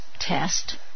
test